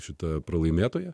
šita pralaimėtoja